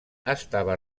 estava